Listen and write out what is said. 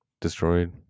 destroyed